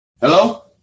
Hello